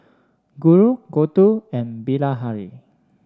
Guru Gouthu and Bilahari